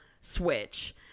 switch